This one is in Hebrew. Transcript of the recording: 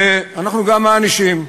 ואנחנו גם מענישים,